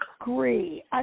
agree